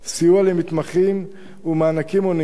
סיוע למתמחים ומענקים הוניים.